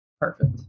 perfect